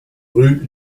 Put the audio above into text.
rue